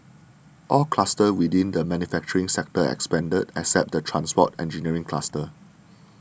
all clusters within the manufacturing sector expanded except the transport engineering cluster